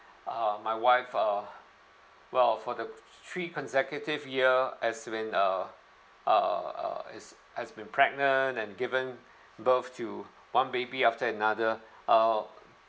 uh my wife uh well for the three consecutive year has been uh uh uh is has been pregnant and given birth to one baby after another uh